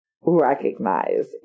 recognize